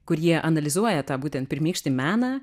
kur jie analizuoja tą būtent pirmykštį meną